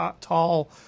tall